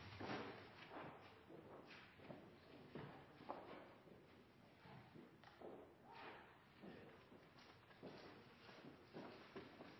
takk!